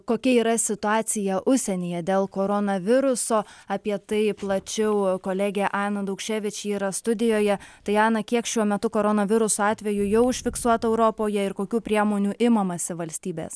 kokia yra situacija užsienyje dėl koronaviruso apie tai plačiau kolegė ana daukševič ji yra studijoje tai ana kiek šiuo metu koronaviruso atvejų jau užfiksuota europoje ir kokių priemonių imamasi valstybės